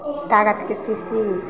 ताकतके शीशी